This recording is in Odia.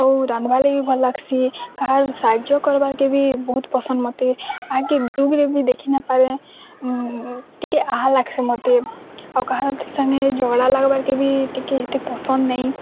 ଆଉ ରାନ୍ଧ୍ବାକେ ବି ଭଲ୍ ଲାଗ୍ସି କାହାର୍ ସାହାଯ୍ୟ କରବାର୍ କେ ବି ବହୁତ ପସନ୍ଦ ମୋତେ କାହାକେ ଦୁଃଖରେ ମୁଇଁ ଦେଖି ନ ପାରେ ଟିକେ ଆହା ଲାଗ୍ସି ମୋତେ ଆଉ କାହାର୍ ସାଙ୍ଗେ ଝଗଡ଼ା ଲାଗବାର୍ କେ ବି ଟିକେ ହେତେ ପସନ୍ଦ ନେଇଁ